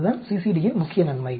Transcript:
அதுதான் CCD யின் முக்கிய நன்மை